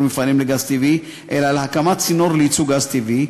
מפעלים לגז טבעי אלא להקמת צינור לייצוא גז טבעי,